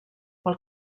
pel